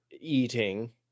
eating